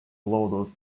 loaded